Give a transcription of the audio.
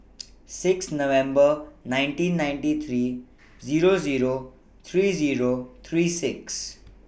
six November nineteen ninety three Zero Zero three Zero three six